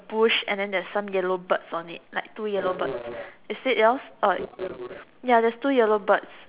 bush and then there is some yellow birds on it like two yellow bird is it yours oh ya there is two yellow birds